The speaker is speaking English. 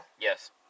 Yes